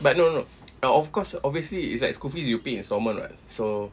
but no no uh of course obviously it's like school fees you pay installment [what] so